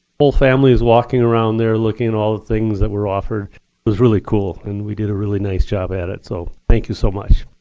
whole families walking around there looking at all the things that were offered. it was really cool and we did a really nice job at it, so thank you so much.